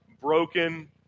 broken